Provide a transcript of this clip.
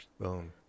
Boom